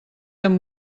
amb